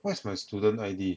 what's my student I_D